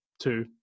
two